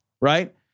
right